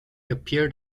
appeared